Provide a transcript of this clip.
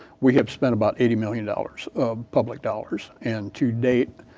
we have spent about eighty million dollars, public dollars. and to date,